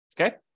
Okay